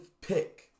pick